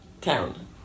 town